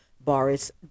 Boris